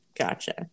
gotcha